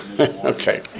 okay